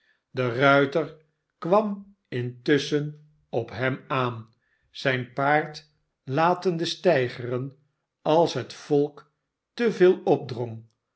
de ruiter kwam intusschen op hem aan zijn paard latende steigeren als het volk te veel opdrong